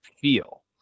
feel